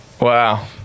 Wow